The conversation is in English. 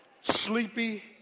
sleepy